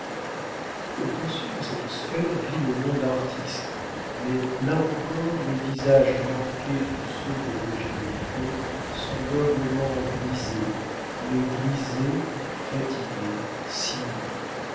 au-dessus de cette sphère vit le monde artiste mais là encore les visages marqués du sceau de l'originalité sont noblement brisés mais brisés fatigués sinueux